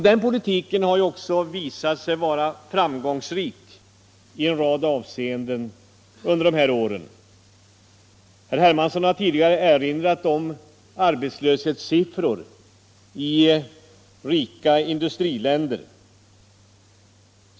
Den politiken har också visat sig vara framgångsrik i en rad avseenden under de här åren. Herr Hermansson erinrade tidigare om arbetslöshetssiffrorna i rika industriländer.